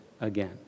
again